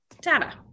data